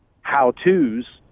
how-to's